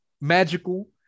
magical